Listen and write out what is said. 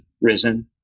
risen